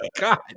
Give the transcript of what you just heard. God